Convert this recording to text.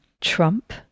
trump